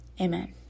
amen